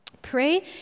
Pray